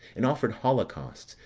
and offered holocausts,